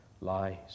lies